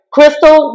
Crystal